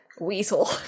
weasel